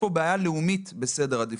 בעיה לאומית בסדר העדיפויות.